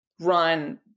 run